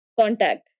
contact